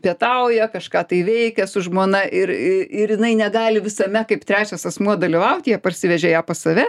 pietauja kažką tai veikia su žmona ir ir jinai negali visame kaip trečias asmuo dalyvaut jie parsivežė ją pas save